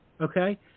Okay